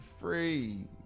free